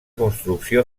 construcció